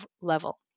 level